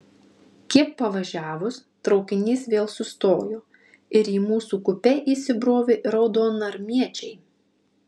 kiek pavažiavus traukinys vėl sustojo ir į mūsų kupė įsibrovė raudonarmiečiai